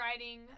writing